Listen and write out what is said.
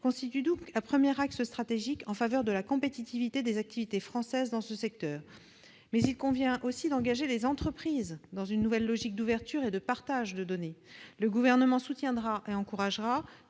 constituent donc un premier axe stratégique en faveur de la compétitivité des activités françaises dans ce secteur. Toutefois, il convient aussi d'engager les entreprises dans une nouvelle logique d'ouverture et de partage de données. Le Gouvernement soutiendra et encouragera